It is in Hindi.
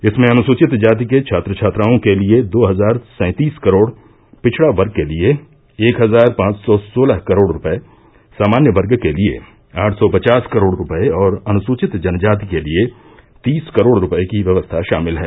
इसमें अनुसूचित जाति के छात्र छात्राओं के लिये दो हजार सैंतीस करोड़ पिछड़ा वर्ग के लिये एक हजार पांच सौ सोलह करोड़ रूपये सामान्य वर्ग के लिये आठ सौ पचास करोड़ रूपये और अनुसूचित जनजाति के लिये तीस करोड़ रूपये की व्यवस्था षामिल है